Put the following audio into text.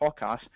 podcast